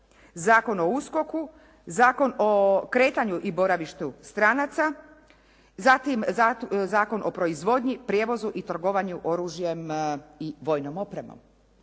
Zakon o USKOK-u, Zakon o kretanju i boravištu stranaca, zatim Zakon o proizvodnji, prijevozu i trgovanju oružjem i vojnom opremom.